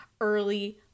early